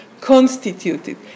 constituted